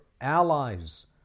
allies